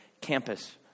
campus